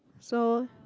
so